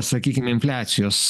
sakykim infliacijos